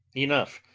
enough